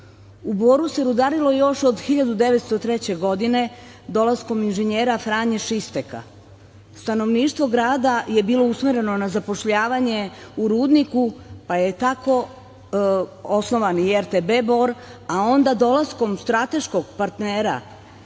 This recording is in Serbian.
U Boru se rudarilo još od 1903. godine, dolaskom inženjera Franje Šisteka. Stanovništvo grada je bilo usmereno na zapošljavanje u rudniku, pa je tako osnovan i RTB Bor, a onda dolaskom strateškog partnera